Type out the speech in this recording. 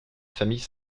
famille